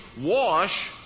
wash